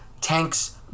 tanks